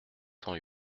cent